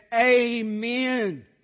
Amen